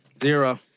zero